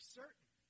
certain